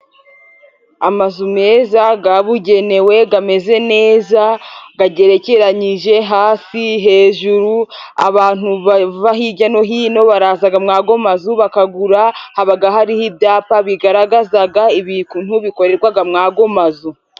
Amazu meza gabugenewe gameze neza gagerekeranyije hasi hejuru, abantu bava hirya no hino baraza mwago amazu bakagura, habaga hariho ibyapa bigaragazaga ibintu bikorerwaga mwago mazu.